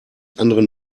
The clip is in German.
anderen